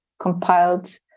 compiled